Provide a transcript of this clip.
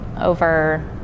over